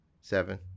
Seven